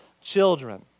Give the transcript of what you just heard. children